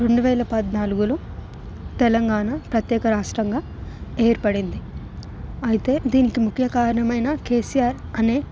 రెండువేల పద్నాలుగులో తర్వాత తెలంగాణ ప్రత్యేక రాష్ట్రంగా ఏర్పడింది అయితే దీనికి ముఖ్య కారణమైన కేసీఆర్ అనే ఒక